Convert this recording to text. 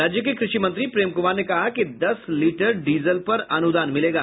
राज्य के कृषि मंत्री प्रेम कुमार ने कहा कि दस लीटर डीजल पर अनुदान मिलेगा